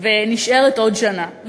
ונשארת עוד שנה.